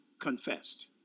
confessed